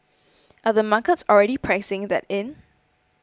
are the markets already pricing that in